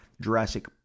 Jurassic